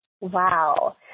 Wow